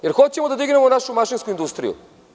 Da li hoćemo da dignemo našu mašinsku industriju?